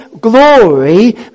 glory